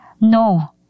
No